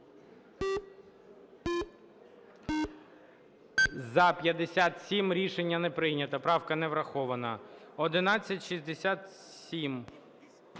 За-57 Рішення не прийнято. Правка не врахована. 1167.